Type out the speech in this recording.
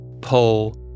Pull